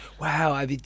Wow